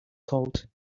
colt